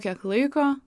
kiek laiko